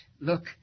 look